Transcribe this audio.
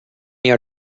your